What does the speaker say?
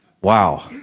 Wow